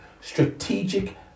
Strategic